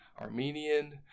Armenian